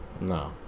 No